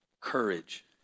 courage